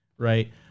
right